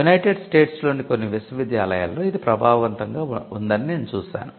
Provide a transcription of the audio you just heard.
United States లోని కొన్ని విశ్వవిద్యాలయాలలో ఇది ప్రభావవంతంగా ఉందని నేను చూసాను